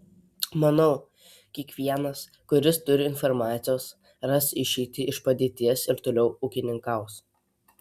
manau kiekvienas kuris turi informacijos ras išeitį iš padėties ir toliau ūkininkaus